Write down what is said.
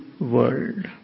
world